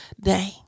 Day